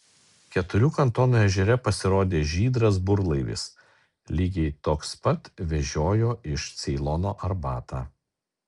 keturių kantonų ežere pasirodė žydras burlaivis lygiai toks pat vežiojo iš ceilono arbatą